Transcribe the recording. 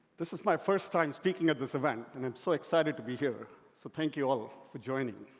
this is my first time speaking at this event, and um so excited to be here so thank you all for joining.